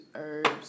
herbs